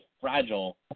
fragile